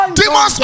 demons